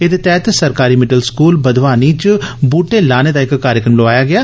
एहदे तैहत सरकारी मिडल स्कूल बधवानी च बूहटे लाने दा इक कार्यक्रम लोआया गेआ